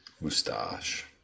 mustache